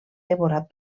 devorat